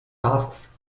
tasks